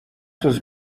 was